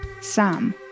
Sam